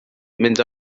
mynd